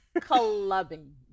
Clubbing